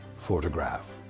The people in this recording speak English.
photograph